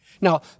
Now